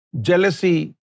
Jealousy